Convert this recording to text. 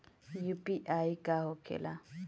UPI का होखेला?